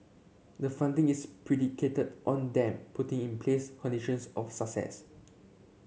the funding is predicated on them putting in place conditions of